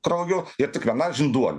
krauju ir tik viena žinduolių